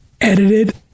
edited